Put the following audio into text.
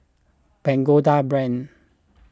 Pagoda Brand